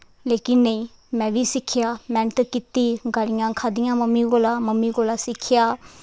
लेकिन नेईं में बी सिक्खेआ मैह्नत कीती गालियां खादियां मम्मी कोला मम्मी कोला दा सिक्खेआ